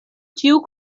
ĉiu